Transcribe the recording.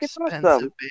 expensive